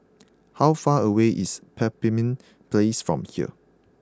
how far away is Pemimpin Place from here